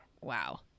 Wow